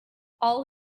all